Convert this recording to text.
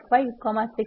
5 6